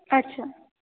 अच्छा